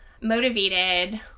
motivated